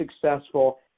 successful